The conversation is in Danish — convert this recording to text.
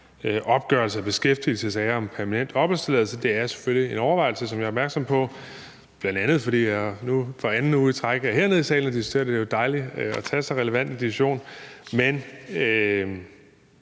opgørelse af beskæftigelsessager om permanent opholdstilladelse er selvfølgelig en overvejelse, som jeg er opmærksom på, bl.a. fordi jeg nu for anden uge i træk er hernede i salen at diskutere det. Det er jo dejligt at tage så relevant en diskussion. Jeg